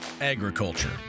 agriculture